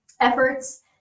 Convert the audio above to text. efforts